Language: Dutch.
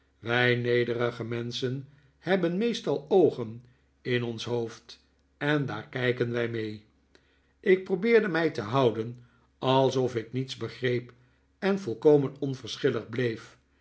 wij nederige menschen hebben meestal oogen in ons hoofd en daar kijken wij mee ik probeerde mij te houden alsof ik niets begreep en volkomen onverschillig bleef